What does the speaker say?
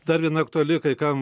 dar viena aktuali kai kam